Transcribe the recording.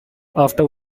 after